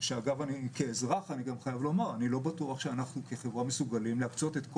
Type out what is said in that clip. אני אומר פה ועמיתי פה יוכלו להעיד על זה,